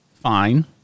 fine